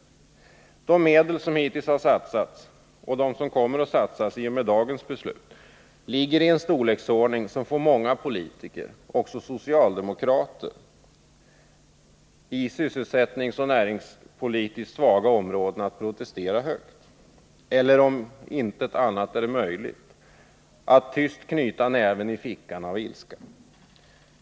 De medel som hittills har satsats och de som kommer att satsas genom dagens beslut har en storlek som får många politiker, också socialdemokrater, i sysselsättningsoch näringspolitiskt svaga områden att protestera högt eller, om inte annat är möjligt, att tyst knyta näven i fickan av ilska.